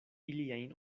iliajn